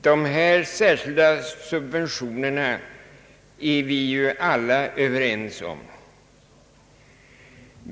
De särskilda subventionerna är vi ju alla överens om.